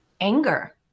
anger